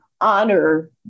honor